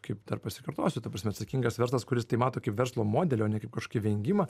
kaip dar pasikartosiu ta prasme atsakingas verslas kuris tai mato kaip verslo modelį o ne kaip kažkokį vengimą